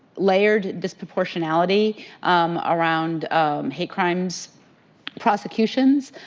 layered disproportionality around um hate crimes prosecutions.